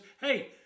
hey